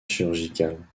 chirurgicale